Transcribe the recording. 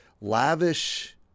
lavish